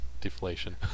deflation